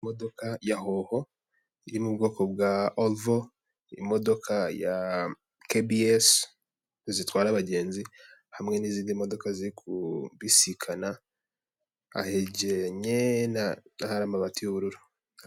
Imodoka ya hoho iri mu bwoko bwa ovo, imodoka ya kebiyesi zitwara abagenzi hamwe n'izindi modoka ziri kubisikana, ahegeranye n'ahari amabati y'ubururu.